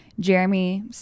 Jeremy